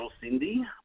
Cindy